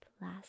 last